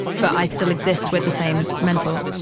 but i still exist with the same mental